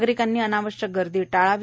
नागरिकांनी अनावश्यक गर्दी टाळावी